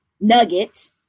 nugget